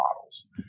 models